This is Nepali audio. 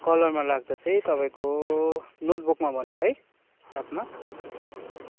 कलरमा लाग्दा चाहिँ तपाईँको नोटबुकमा भन्नुभयो है किताबमा